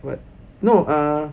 what no uh